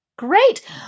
Great